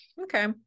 Okay